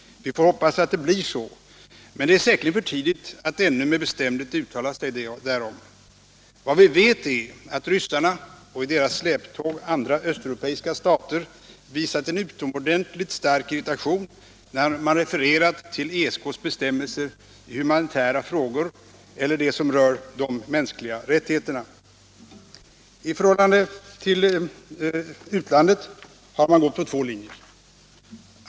Vi får hoppas att det är så, men det är säkerligen ännu för tidigt att med bestämdhet uttala sig därom. Vad vi vet är att ryssarna och i deras släptåg andra östeuropeiska stater har visat en utomordentligt stark irritation, när man refererat till ESK:s bestämmelser i humanitära frågor eller beträffande det som rör de mänskliga rättigheterna. I förhållande till utlandet har man gått på två linjer.